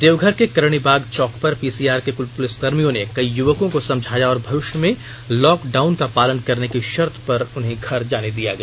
देवघर के करणी बाग चौक पर पीसीआर के पुलिसकर्मियों ने कई युवकों को समझाया और भविष्य में लॉक डाउन का पालन करने की शर्त पर उन्हें घर जाने दिया गया